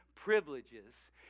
privileges